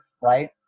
Right